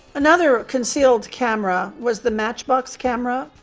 another concealed camera was the matchbox camera.